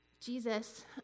Jesus